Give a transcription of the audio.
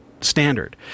standard